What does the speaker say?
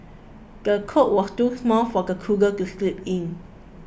the cot was too small for the toddler to sleep in